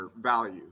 value